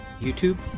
YouTube